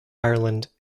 ireland